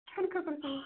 کھیٚنہٕ خٲطرٕ تُل